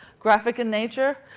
graphic in nature.